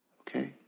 Okay